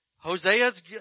Hosea's